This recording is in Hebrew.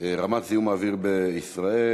רמת זיהום האוויר בישראל,